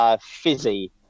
fizzy